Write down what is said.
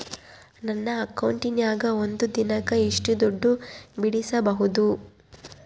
ನನ್ನ ಅಕೌಂಟಿನ್ಯಾಗ ಒಂದು ದಿನಕ್ಕ ಎಷ್ಟು ದುಡ್ಡು ಬಿಡಿಸಬಹುದು?